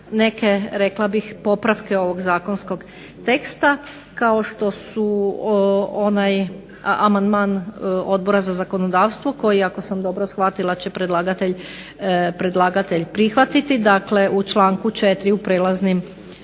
neke rekla bih popravke ovog zakonskog teksta kao što su onaj amandman Odbora za zakonodavstvo koji, ako sam dobro shvatila će predlagatelj prihvatiti. Dakle, u članku 4. u prijelaznim